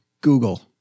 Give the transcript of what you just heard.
Google